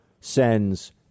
sends